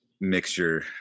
mixture